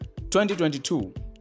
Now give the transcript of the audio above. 2022